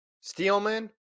Steelman